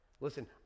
Listen